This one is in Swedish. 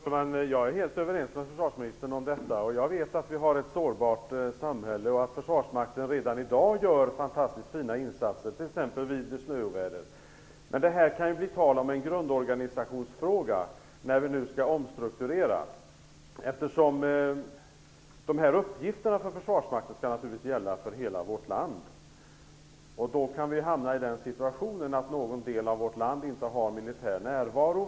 Fru talman! Jag är helt överens med försvarsministern om detta. Jag vet att vi har ett sårbart samhälle och att försvarsmakten redan i dag gör fantastiskt fina insatser t.ex. vid snöoväder. Men det kan ju bli tal om en grundorganisationsfråga när vi nu skall omstrukturera, eftersom de här uppgifterna för Försvarsmakten naturligtvis skall gälla för hela vårt land. Vi kan hamna i den situationen att någon del av vårt land inte har militär närvaro.